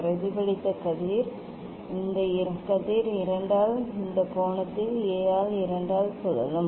பிரதிபலித்த கதிர் பிரதிபலித்த கதிர் இந்த கதிர் 2 ஆல் இந்த கோணத்தில் A ஆல் 2 ஆக சுழலும்